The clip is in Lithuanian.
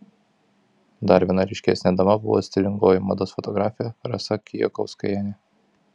dar viena ryškesnė dama buvo stilingoji mados fotografė rasa kijakauskienė